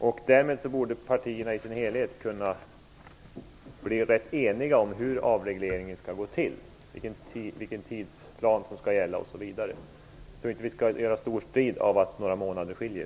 Fru talman! Just det. Därmed borde samtliga partier kunna bli eniga om hur avregleringen skall gå till, vilken tidplan som skall gälla, osv. Jag tror inte att vi skall göra någon stor strid av att det skiljer några månader.